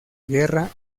guerra